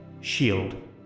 Shield